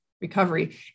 recovery